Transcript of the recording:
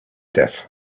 death